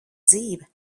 dzīve